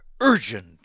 Urgent